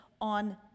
on